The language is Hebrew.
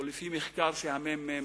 או לפי מחקר שמרכז המחקר